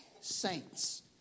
saints